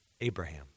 Abraham